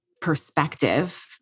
perspective